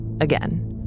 again